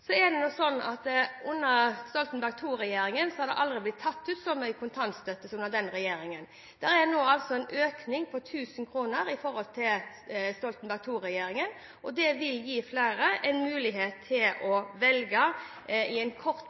så mye kontantstøtte som under Stoltenberg II-regjeringen. Det er nå en økning på 1 000 kr i forhold til det som var under Stoltenberg II-regjeringen. Det vil gi flere mulighet til i en kort